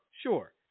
Sure